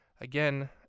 again